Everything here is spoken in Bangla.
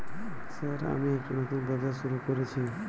স্যার আমি একটি নতুন ব্যবসা শুরু করেছি?